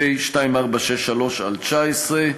פ/2463/19.